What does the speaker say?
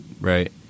right